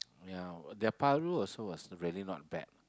ya their paru also was really not bad